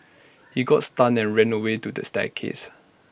he got stunned and ran away to the staircase